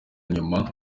nyuma